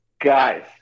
Guys